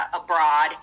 abroad